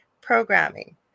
programming